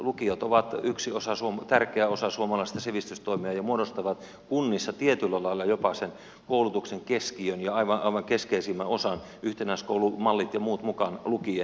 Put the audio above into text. lukiot ovat yksi tärkeä osa suomalaista sivistystoimea ja muodostavat kunnissa tietyllä lailla jopa sen koulutuksen keskiön ja aivan keskeisimmän osan yhtenäiskoulumallit ja muut mukaan lukien